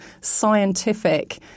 scientific